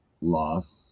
loss